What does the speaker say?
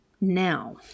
Now